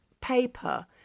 paper